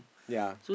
yea